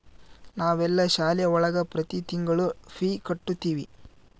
ನಾವೆಲ್ಲ ಶಾಲೆ ಒಳಗ ಪ್ರತಿ ತಿಂಗಳು ಫೀ ಕಟ್ಟುತಿವಿ